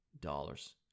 dollars